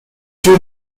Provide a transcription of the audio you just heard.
two